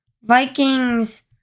Vikings